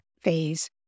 phase